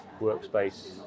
workspace